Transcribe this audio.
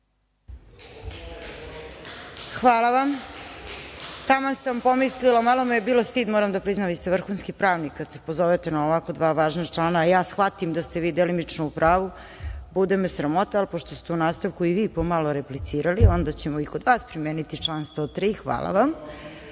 Hvala vam. Taman sam pomislila, malo me je bilo stid, moram da priznam, vi ste vrhunski pravnik, kada se pozovete na ovako dva važna člana, a ja shvatim da ste vi delimično u pravu, bude me sramota, ali pošto ste u nastavku i vi pomalo replicirali, onda ćemo i kod vas primeniti član 103. Ovo nije